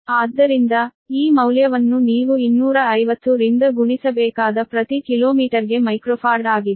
ಆದ್ದರಿಂದ ಈ ಮೌಲ್ಯವನ್ನು ನೀವು 250 ರಿಂದ ಗುಣಿಸಬೇಕಾದ ಪ್ರತಿ ಕಿಲೋಮೀಟರ್ಗೆ ಮೈಕ್ರೊಫಾರ್ಡ್ ಆಗಿದೆ